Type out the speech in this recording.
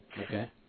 Okay